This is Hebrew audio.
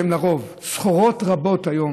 יש המשאיות כאלה, לרוב, סחורות רבות היום,